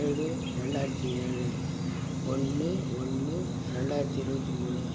ஏழு ரெண்டாயிரத்தி ஏழு ஒன்று ஒன்று ரெண்டாயிரத்தி இருபத்தி மூணு